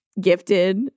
gifted